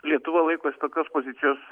lietuva laikosi tokios pozicijos